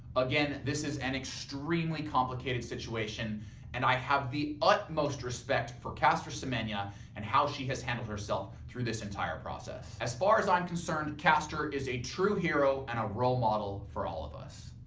again this is an extremely complicated situation and i have the utmost respect for caster semenya and how she has handled herself through this entire process. as far as i'm concerned, caster is a true hero and a role model for all of us.